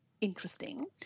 interesting